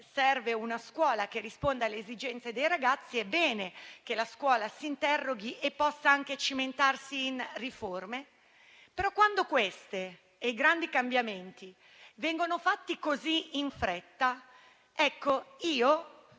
serve una scuola che risponda alle esigenze dei ragazzi, è bene che la scuola stessa si interroghi e possa anche cimentarsi in riforme. Quando però le riforme e i grandi cambiamenti vengono fatti così in fretta, io